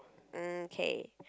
um K